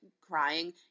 crying